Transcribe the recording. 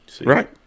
Right